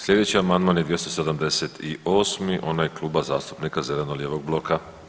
Slijedeći amandman je 278. onaj Kluba zastupnika zeleno-lijevog bloka.